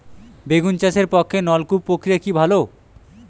বেগুন চাষের পক্ষে নলকূপ প্রক্রিয়া কি ভালো?